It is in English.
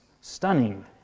stunning